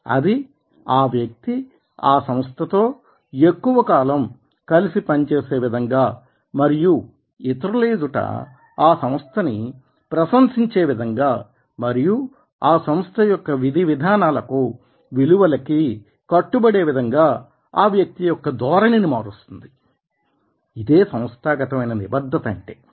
అది ఆ వ్యక్తి ఆ సంస్థతో ఎక్కువ కాలం కలిసి పనిచేసే విధంగా మరియు ఇతరుల ఎదుట ఆ సంస్థని ప్రశంసించే విధంగా మరియు ఆ సంస్థ యొక్క విధివిధానాలకు విలువలకీ కట్టుబడే విధంగా ఆ వ్యక్తి యొక్క ధోరణిని మారుస్తుంది ఇదే సంస్థాగతమైన నిబద్ధత అంటే